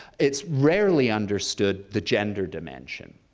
it's rarely understood the gender dimension.